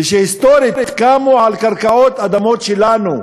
ושהיסטורית קמו על קרקעות, אדמות, שלנו,